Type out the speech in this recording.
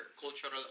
cultural